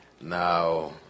Now